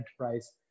enterprise